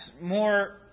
more